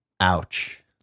Ouch